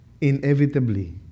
Inevitably